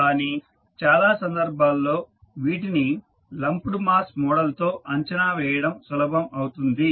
కానీ చాలా సందర్భాల్లో వీటిని లంప్డ్ మాస్ మోడల్ తో అంచనా వేయడం సులభం అవుతుంది